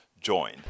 join